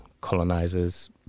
colonizers